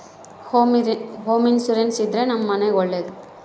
home insurance ಇದ್ರೆ ನಮ್ ಮನೆಗ್ ಒಳ್ಳೇದು